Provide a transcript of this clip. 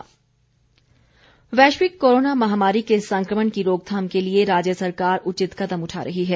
धीमान वैश्विक कोरोना महामारी के संक्रमण की रोकथाम के लिए राज्य सरकार उचित कदम उठा रही है